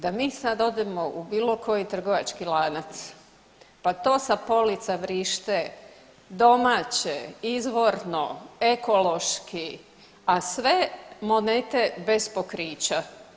Da mi sad odemo u bilo koji trgovački lanac, pa to sa polica vrište domaće, izvorno, ekološki, a sve monete bez pokrića.